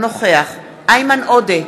אינו נוכח איימן עודה,